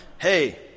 Hey